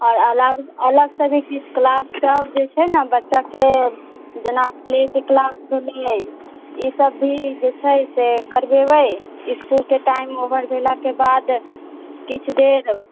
और अलग अलगसऽ भी किछु क्लास सब जे छै ने बच्चाके जेना प्ले के क्लास भेले ई सब भी जे छै से करबेबै इस्कूलके टाइम ओभर भेलाके बाद किछु देर